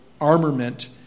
armament